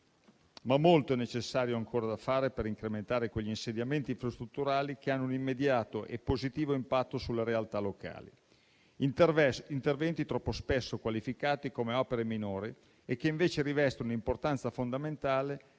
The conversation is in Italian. ma molto è ancora necessario fare per incrementare quegli insediamenti infrastrutturali che hanno un immediato e positivo impatto sulla realtà locale; interventi troppo spesso qualificati come opere minori e che invece rivestono un'importanza fondamentale